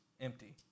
empty